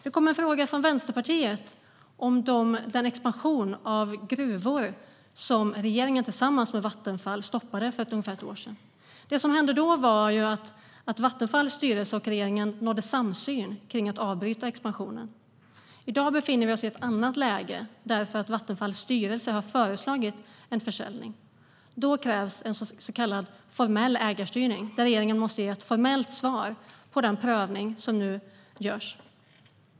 Det kom en fråga från Vänsterpartiet om den expansion av gruvor som regeringen tillsammans med Vattenfall stoppade för ungefär ett år sedan. Det som hände då var att Vattenfalls styrelse och regeringen nådde en samsyn kring att avbryta expansionen. I dag befinner vi oss i ett annat läge, eftersom Vattenfalls styrelse har föreslagit en försäljning. Då krävs en så kallad formell ägarstyrning, där regeringen måste ge ett formellt svar på den prövning som nu görs.